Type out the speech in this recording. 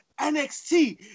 NXT